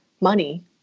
money